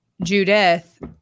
Judith